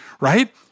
right